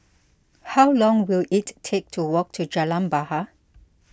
how long will it take to walk to Jalan Bahar